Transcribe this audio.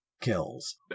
kills